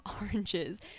oranges